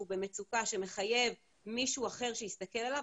במצוקה שמחייב מישהו אחר שיסתכל עליו,